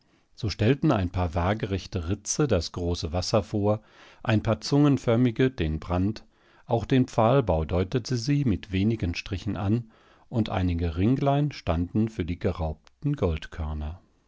so stellten ein paar waagrechte ritze das große wasser vor ein paar zungenförmige den brand auch den pfahlbau deutete sie mit wenigen strichen an und einige ringlein standen für die geraubten